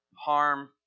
harm